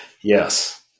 Yes